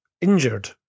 injured